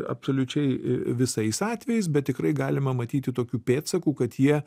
absoliučiai visais atvejais bet tikrai galima matyti tokių pėdsakų kad jie